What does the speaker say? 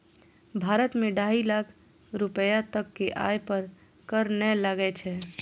भारत मे ढाइ लाख रुपैया तक के आय पर कर नै लागै छै